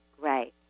great